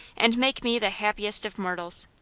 and make me the happiest of mortals.